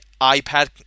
iPad